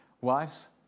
Wives